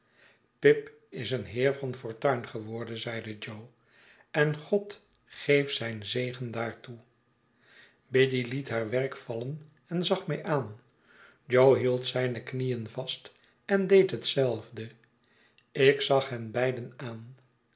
pip is een heer van fortuin geworden zeide jo en god geef zijn zegen daartoel biddy liet haar werk vallen en zag mij aan jo hield zijne knieen vast en deed hetzelfde ik zag hen beiden aan